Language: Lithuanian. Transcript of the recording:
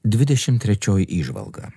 dvidešim trečioji įžvalga